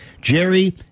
Jerry